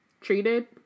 treated